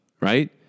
right